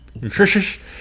nutritious